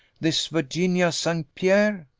this virginia st. pierre?